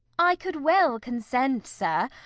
i could well consent, sir.